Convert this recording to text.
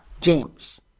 James